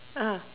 ah